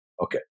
Okay